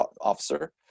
officer